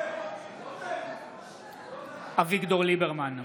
אביגדור ליברמן,